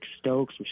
Stokes